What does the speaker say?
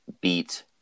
beat –